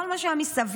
כל מה שיהיה מסביב,